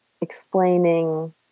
explaining